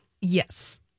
Yes